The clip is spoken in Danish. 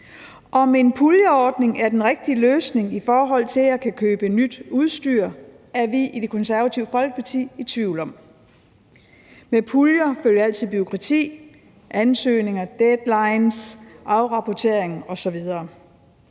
Om en puljeordning er den rigtige løsning i forhold til at kunne købe nyt udstyr, er vi i Det Konservative Folkeparti i tvivl om. Med puljer følger altid bureaukrati, ansøgninger, deadlines, afrapportering osv.